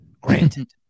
granted